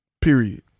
Period